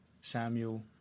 Samuel